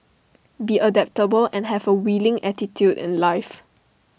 be adaptable and have A willing attitude in life